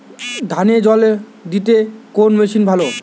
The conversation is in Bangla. ধানে জল দিতে কোন মেশিন ভালো?